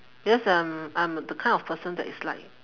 because I'm I'm the kind of person that is like